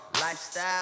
lifestyle